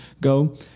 go